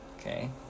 okay